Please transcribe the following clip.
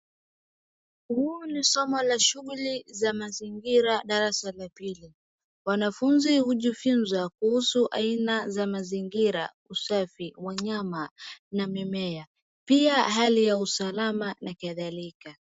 Huu ni somo ya shughuli ya mazingira darasa la pili . Wanafunzi hujifunza kuhusu aina ya mazingira, usafi , wanyama na mimea , pia hali ya usalama na kadhalika .